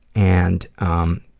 and um,